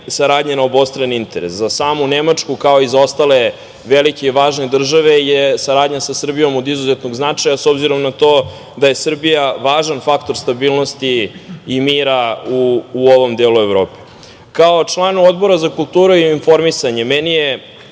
na obostrani interes. Za samu Nemačku, kao i za ostale velike i važne države, je saradnja sa Srbijom od izuzetnog značaja, s obzirom na to da je Srbija važan faktor stabilnosti i mira u ovom delu Evrope. Kao članu Odbora za kulturu i informisanje, meni je